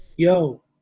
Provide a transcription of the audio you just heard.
yo